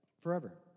forever